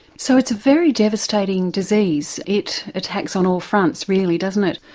so it's a very devastating disease, it attacks on all fronts really doesn't it?